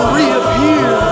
reappear